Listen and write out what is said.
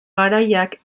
garaiak